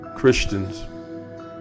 Christians